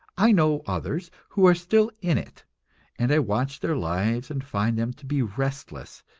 i know others who are still in it and i watch their lives and find them to be restless,